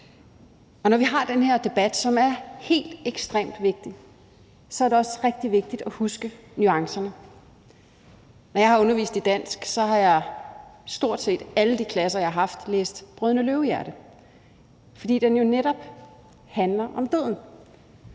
Og når vi har den her debat, som er helt ekstremt vigtig, er det også rigtig vigtigt at huske nuancerne. Når jeg har undervist i dansk, har jeg i stort set alle de klasser, jeg har haft, læst »Brødrene Løvehjerte«, fordi den jo netop handler om døden,